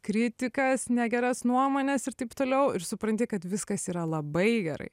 kritikas negeras nuomones ir taip toliau ir supranti kad viskas yra labai gerai